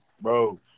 bro